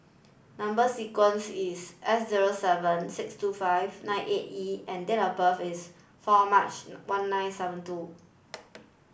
number sequence is S zero seven six two five nine eight E and date of birth is four March one nine seven two